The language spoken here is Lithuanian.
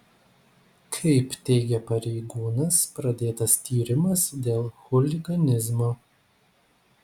kaip teigia pareigūnas pradėtas tyrimas dėl chuliganizmo